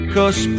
Cause